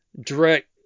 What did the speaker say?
direct